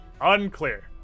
Unclear